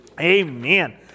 Amen